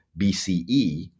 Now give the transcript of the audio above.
BCE